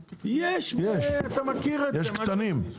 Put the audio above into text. יש, קטנים.